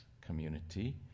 community